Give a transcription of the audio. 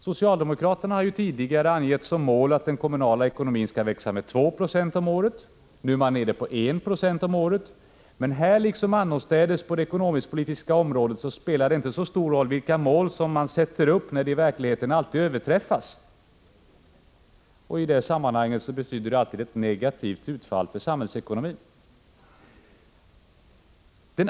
Socialdemokraterna har ju tidigare angett som mål att den kommunala ekonomin skall växa med 2 96 om året. Nu är man nere på 1 96 om året. Men här liksom annorstädes på det ekonomisk-politiska området spelar det inte så stor roll vilka mål man sätter upp, när de i verkligheten alltid överträffas. I det sammanhanget betyder det alltid ett negativt utfall för samhällsekonomin.